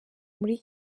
muri